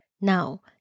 Now